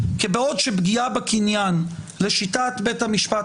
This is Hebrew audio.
כי בעוד שפגיעה בקניין לשיטת בית המשפט